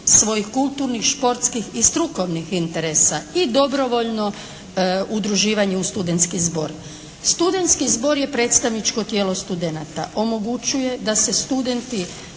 svojih kulturnih, športskih i strukovnih interesa i dobrovoljno udruživanje u studentski zbor. Studentski zbor je predstavničko tijelo studenata. Omogućuje da studenti